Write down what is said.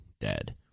dead